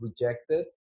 rejected